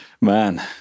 Man